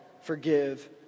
forgive